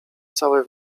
całe